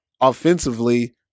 offensively